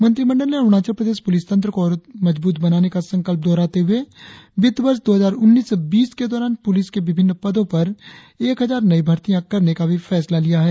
मंत्रिमंडल ने अरुणाचल प्रदेश पुलिस तंत्र को और मजबूत बनाने का संकल्प दोहराते हुए वित्त वर्ष दो हजार उन्नीस बीस के दौरान पुलिस के विभिन्न पदों पर एक हजार नई भर्तियां करने का भी फैसला लिया है